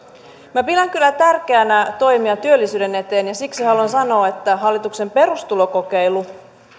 minä pidän kyllä tärkeänä toimia työllisyyden eteen ja siksi haluan sanoa että hallituksen perustulokokeilu